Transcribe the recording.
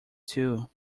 too